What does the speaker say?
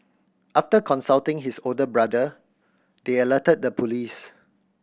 after consulting his older brother they alerted the police